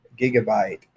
gigabyte